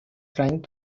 trying